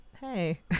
Hey